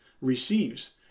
receives